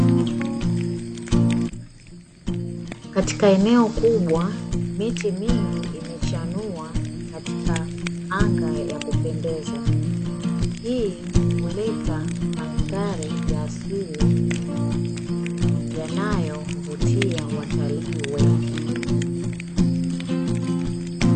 Katika eneo kubwa miti mingi imechanua katika anga ya kupendeza, hii huleta mandhari ya asili yanayovutia watalii wengi.